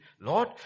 Lord